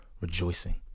rejoicing